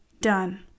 done